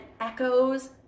echoes